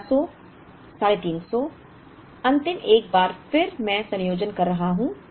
1300 350 अंतिम एक बार फिर मैं संयोजन कर रहा हूं